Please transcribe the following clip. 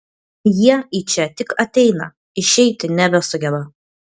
jie į čia tik ateina išeiti nebesugeba